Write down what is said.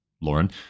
Lauren